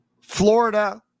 Florida